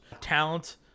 talent